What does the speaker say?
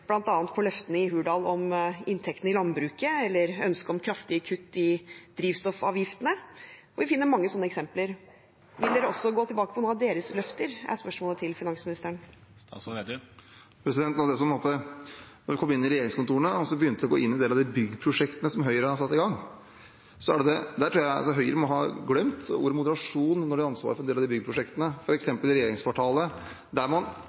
løftene fra Hurdal om inntektene i landbruket eller ønsket om kraftige kutt i drivstoffavgiftene. Vi finner mange sånne eksempler. Spørsmålet til finansministeren er: Vil dere også gå tilbake på noen av deres løfter? Da vi kom inn i regjeringskontorene, begynte vi å gå inn i en del av de byggeprosjektene som Høyre har satt i gang. Jeg tror Høyre må ha glemt ordet «moderasjon» da de hadde ansvaret for en del av de byggeprosjektene, f.eks. i regjeringskvartalet, der man